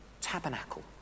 tabernacle